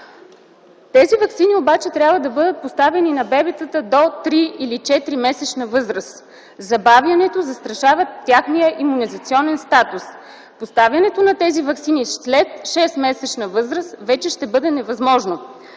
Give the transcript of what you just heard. Тези ваксини обаче трябва да бъдат поставени на бебетата до три или четиримесечна възраст. Забавянето застрашава техният имунизационен статус. Поставянето на тези ваксини след 6-месечна възраст вече ще бъде невъзможно.